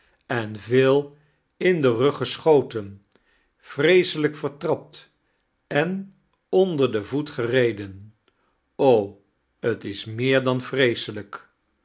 etn veel in den rug geschotem vreeselijk veitrapt en otnder den voet gereden o t is meer dan vreeselijk